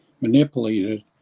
manipulated